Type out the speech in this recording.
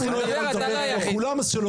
ואני מכיר את השטח,